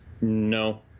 no